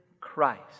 Christ